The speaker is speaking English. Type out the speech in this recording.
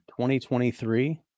2023